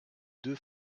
deux